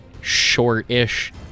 short-ish